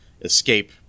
escape